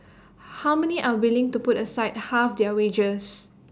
how many are willing to put aside half their wages